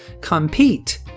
compete